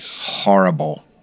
Horrible